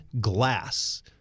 glass